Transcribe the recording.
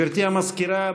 המזכירה,